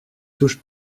touche